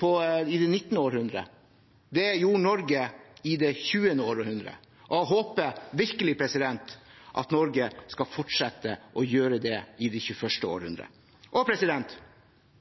det 19. århundre, det gjorde Norge i det 20. århundre, og jeg håper virkelig at Norge skal fortsette å gjøre det i det 21. århundre. Dersom penger er problemet, og